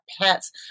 pets